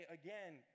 again